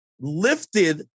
lifted